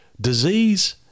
disease